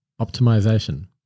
Optimization